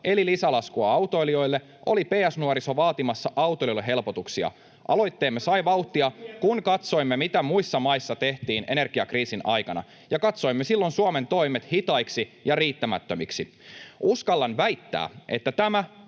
eli lisälaskua autoilijoille, oli PS-Nuoriso vaatimassa autoilijoille helpotuksia. [Antti Kurvisen välihuuto] Aloitteemme sai vauhtia, kun katsoimme, mitä muissa maissa tehtiin energiakriisin aikana, ja katsoimme silloin Suomen toimet hitaiksi ja riittämättömiksi. Uskallan väittää, että tämä